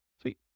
Sweet